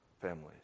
families